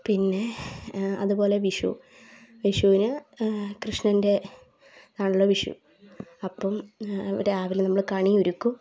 പിന്നെ അതുപോലെ വിഷു വിഷുവിന് കൃഷ്ണൻ്റെ ആണല്ലോ വിഷു അപ്പം രാവിലെ നമ്മൾ കണിയൊരുക്കും